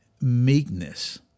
meekness